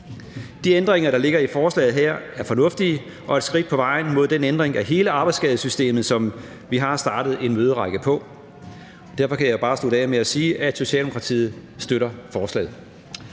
De ændringer, der ligger i forslaget her, er fornuftige og et skridt på vejen mod den ændring af hele arbejdsskadesystemet, som vi har startet en møderække på. Derfor kan jeg bare slutte af med at sige, at Socialdemokratiet støtter forslaget.